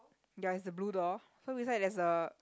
ya is a blue door so beside there's a